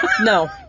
No